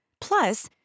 Plus